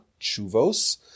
chuvos